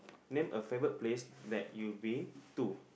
name a favourite place that you been to